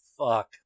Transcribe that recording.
Fuck